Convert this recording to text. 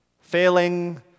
failing